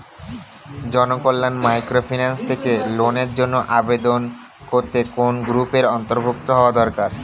Janakalyan microfinance থেকে লোনের জন্য আবেদন করতে কোন গ্রুপের অন্তর্ভুক্ত হওয়া দরকার?